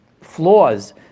flaws